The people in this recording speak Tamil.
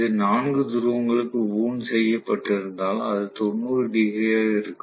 இது நான்கு துருவங்களுக்கு வூண்ட் செய்யப்பட்டிருந்தால் அது 90 டிகிரியாக இருக்கும்